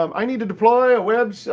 um i need to deploy a web.